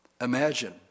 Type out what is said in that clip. imagine